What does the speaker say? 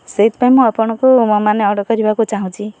ସେଥିପାଇଁ ମୁଁ ଆପଣଙ୍କୁ ମାନେ ଅର୍ଡ଼ର୍ କରିବାକୁ ଚାହୁଁଛି